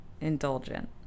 indulgent